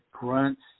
grunts